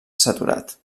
saturat